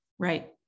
Right